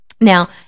Now